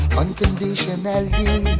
unconditionally